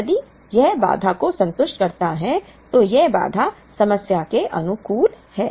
यदि यह बाधा को संतुष्ट करता है तो यह बाधा समस्या के अनुकूल है